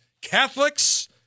Catholics